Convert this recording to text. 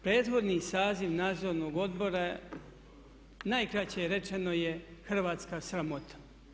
Prethodni saziv Nadzornog odbora najkraće rečeno je hrvatska sramota.